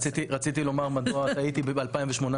רציתי לומר מדוע טעיתי ב-2018,